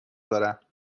دارم